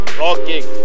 rocking